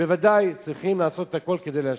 שבוודאי צריכים לעשות הכול כדי להשלים.